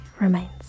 remains